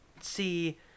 see